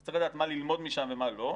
אז צריך לדעת מה ללמוד משם ומה לא,